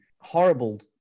horrible